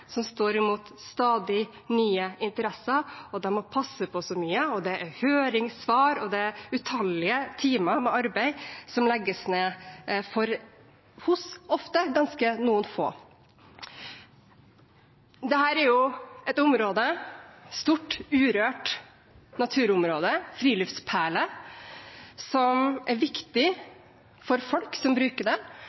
som må stå imot stadig nye interesser. De må passe på så mye, det er høringssvar, og det er utallige timer med arbeid som legges ned, ofte fra noen ganske få. Dette er et område – et stort, urørt naturområde, en friluftsperle – som er viktig for folk som bruker